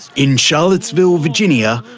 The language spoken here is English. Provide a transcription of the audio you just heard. in charlottesville, virginia,